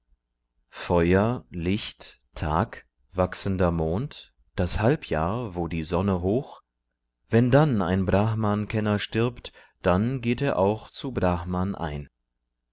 feuer licht tag wachsender mond das halbjahr wo die sonne hoch wenn dann ein brahmankenner stirbt dann geht er auch zu brahman ein